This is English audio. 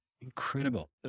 Incredible